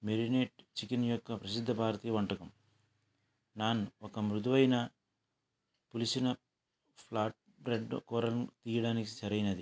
మెడినేట్ chicken యొక్క ఉచిత భారతి వంటకం నాన్ ఒక మృదువైన పులిసిన ఫ్లాట్ బ్రెడ్డు వరణ్ ఇవ్వడానికి సరైనది